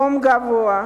חום גבוה,